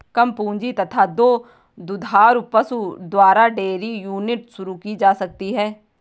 कम पूंजी तथा दो दुधारू पशु द्वारा डेयरी यूनिट शुरू की जा सकती है